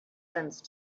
sense